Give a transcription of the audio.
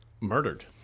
murdered